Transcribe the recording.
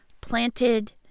planted